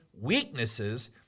weaknesses